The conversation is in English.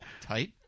Tight